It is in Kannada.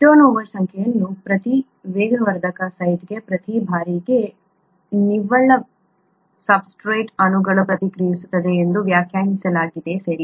ಟರ್ನ್ ಓವರ್ ಸಂಖ್ಯೆಯನ್ನು ಪ್ರತಿ ವೇಗವರ್ಧಕ ಸೈಟ್ಗೆ ಪ್ರತಿ ಬಾರಿಗೆ ನಿವ್ವಳ ಸಬ್ಸ್ಟ್ರೇಟ್ ಅಣುಗಳು ಪ್ರತಿಕ್ರಿಯಿಸುತ್ತವೆ ಎಂದು ವ್ಯಾಖ್ಯಾನಿಸಲಾಗಿದೆ ಸರಿ